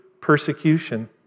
persecution